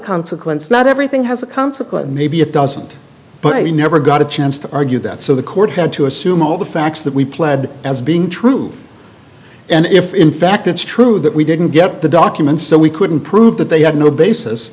consequence not everything has a consequence maybe it doesn't but he never got a chance to argue that so the court had to assume all the facts that we pled as being true and if in fact it's true that we didn't get the documents and we couldn't prove that they had no basis